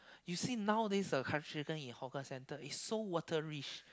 you see nowadays the curry chicken in hawker center is so watery